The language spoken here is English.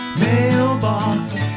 mailbox